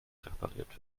repariert